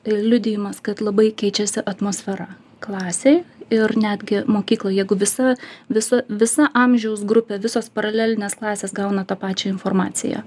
liudijimas kad labai keičiasi atmosfera klasėj ir netgi mokykloj jeigu visa visa visa amžiaus grupė visos paralelinės klasės gauna tą pačią informaciją